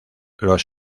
los